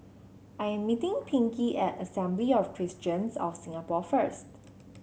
I'm meeting Pinkey at Assembly of Christians of Singapore first